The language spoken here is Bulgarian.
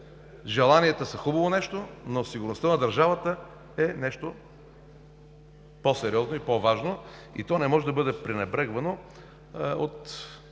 желанията са хубаво нещо, но сигурността на държавата е нещо по-сериозно и по-важно и не може да бъде пренебрегвано от